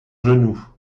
genou